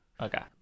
Okay